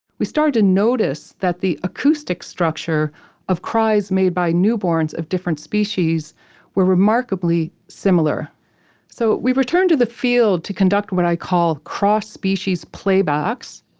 we started to notice that the acoustic structure of the cries made by newborns of different species were remarkably similar so, we returned to the field to conduct what i called cross-species playbacks.